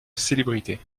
célébrité